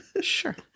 Sure